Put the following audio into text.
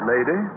Lady